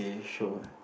so